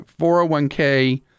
401k